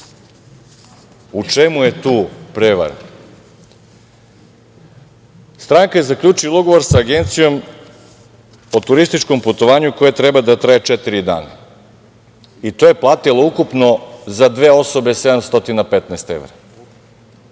u čemu je tu prevara? Stranka je zaključila ugovor sa agencijom o turističkom putovanju koje treba da traje četiri dana. To je platila ukupno za sve osobe 715 evra.